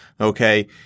okay